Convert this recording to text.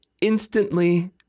instantly